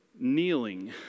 kneeling